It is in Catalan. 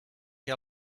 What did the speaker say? què